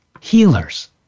healers